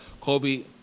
Kobe